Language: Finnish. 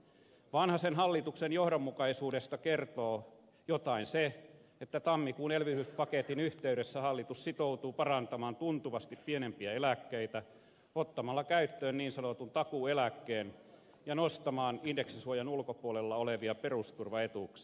vanhasen hallituksen johdonmukaisuudesta kertoo jotain se että tammikuun elvytyspaketin yhteydessä hallitus sitoutuu parantamaan tuntuvasti pienempiä eläkkeitä ottamalla käyttöön niin sanotun takuueläkkeen ja nostamaan indeksisuojan ulkopuolella olevia perusturvaetuuksia